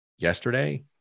Yesterday